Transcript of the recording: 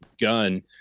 gun